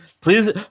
Please